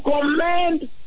command